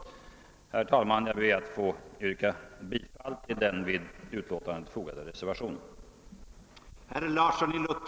Herr talman! Jag ber att få yrka bifall till den vid utlåtandet fogade reservationen 1.